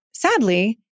sadly